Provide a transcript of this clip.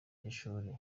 cy’ishuri